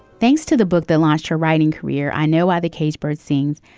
thanks to the book that launched her writing career. i know why the caged bird sings.